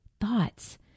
thoughts